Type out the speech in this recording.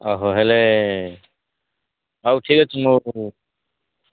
ଓହୋ ହେଲେ ହେଉ ଠିକ ଅଛି ମୁଁ